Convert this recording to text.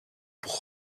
που